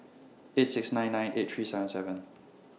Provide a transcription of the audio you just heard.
eight six nine nine eight three seven seven